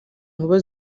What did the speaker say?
inkuba